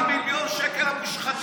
35 מיליון שקל, המושחתים האלה.